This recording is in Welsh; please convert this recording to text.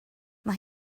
mae